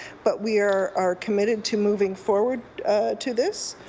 but we are are submitted to moving forward to this.